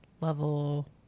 level